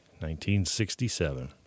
1967